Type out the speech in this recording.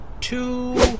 two